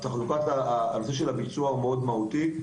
הנושא של הביצוע מהותי מאוד,